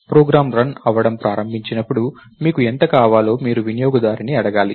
programme run అవ్వడం ప్రారంభించినప్పుడు మీకు ఎంత కావాలో మీరు వినియోగదారుని అడగాలి